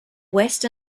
west